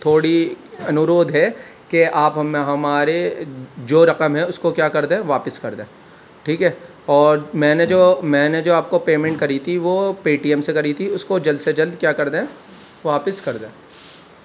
تھوڑی انورودھ ہے کہ آپ ہمیں ہمارے جو رقم ہے اُس کو کیا کر دیں واپس کر دیں ٹھیک ہے اور میں نے جو میں نے جو آپ کو پیمینٹ کری تھی وہ پے ٹی ایم سے کری تھی اُس کو جلد سے جلد کیا کر دیں واپس کر دیں